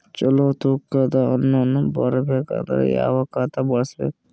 ಚಲೋ ತೂಕ ದ ಹಣ್ಣನ್ನು ಬರಬೇಕು ಅಂದರ ಯಾವ ಖಾತಾ ಬಳಸಬೇಕು?